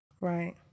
right